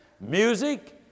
music